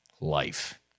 life